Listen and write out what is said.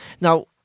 Now